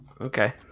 Okay